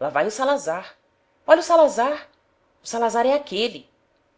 lá vai o salazar olha o salazar o salazar é aquele